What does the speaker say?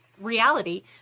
reality